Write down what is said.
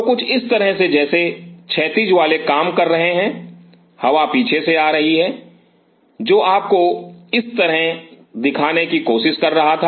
तो कुछ इस तरह से जैसे क्षैतिज वाले काम कर रहे हैं हवा पीछे से आ रही है जो आपको इस तरह दिखाने की कोशिश कर रहा था